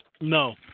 No